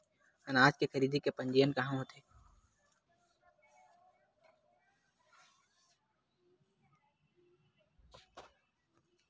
अनाज खरीदे के पंजीयन कहां होथे?